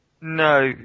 No